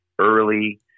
early